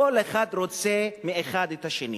כל אחד רוצה מאחד את השני.